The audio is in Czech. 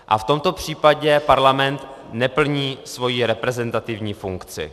A v tomto případě parlament neplní svoji reprezentativní funkci.